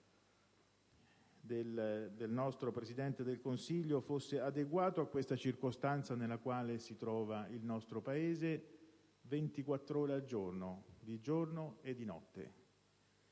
del nostro Presidente del Consiglio fosse adeguato alla circostanza nella quale si trova il nostro Paese: ventiquattro ore al giorno, di giorno e di notte.